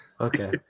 Okay